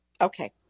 Okay